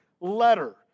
letter